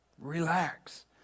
relax